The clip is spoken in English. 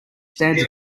stands